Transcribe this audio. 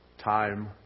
Time